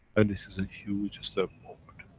and this is a huge step forward.